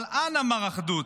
אבל אנא, מר אחדות,